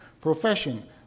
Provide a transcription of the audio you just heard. profession